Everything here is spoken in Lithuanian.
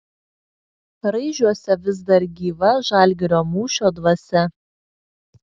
raižiuose vis dar gyva žalgirio mūšio dvasia